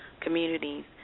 communities